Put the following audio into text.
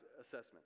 assessment